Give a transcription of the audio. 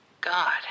God